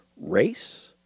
race